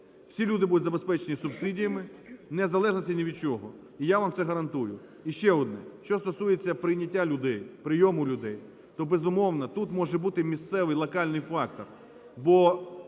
Всі люди будуть забезпечені субсидіями не в залежності ні від чого. І я вам це гарантую. І ще одне, що стосується прийняття людей, прийому людей, то, безумовно, тут може бути місцевий локальний фактор,